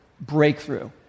breakthrough